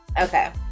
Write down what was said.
Okay